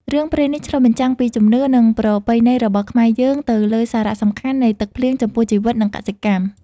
រឿងព្រេងនេះឆ្លុះបញ្ចាំងពីជំនឿ និងប្រពៃណីរបស់ខ្មែរយើងទៅលើសារៈសំខាន់នៃទឹកភ្លៀងចំពោះជីវិត និងកសិកម្ម ។